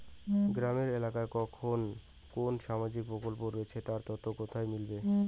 গ্রামের এলাকায় কখন কোন সামাজিক প্রকল্প রয়েছে তার তথ্য কোথায় মিলবে?